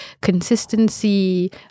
consistency